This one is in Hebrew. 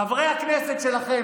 חברי הכנסת שלכם,